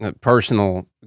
personal